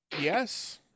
yes